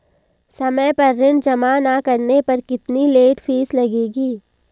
समय पर ऋण जमा न करने पर कितनी लेट फीस लगेगी?